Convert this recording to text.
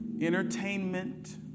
Entertainment